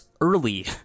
early